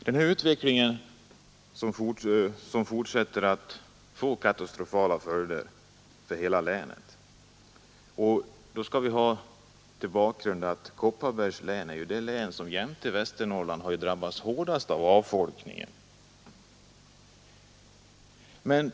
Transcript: Denna utveckling fortsätter att få katastrofala följder för hela länet. Vi skall se det mot bakgrunden av att Kopparbergs län jämte Västernorrlands län har drabbats hårdast av avfolkningen.